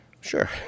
Sure